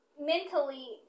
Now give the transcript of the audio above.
mentally